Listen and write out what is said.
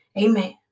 Amen